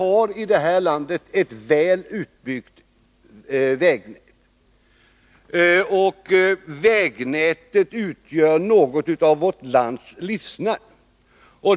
Jag vill hävda att vi har här i landet ett väl utbyggt vägnät, som utgör något av vårt lands livsnerv.